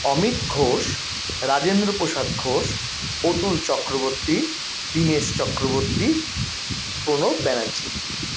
Amit Ghosh Rajendraprasad Ghosh Atul Chakraborty Dinesh Chakraborty Pranab Banerjee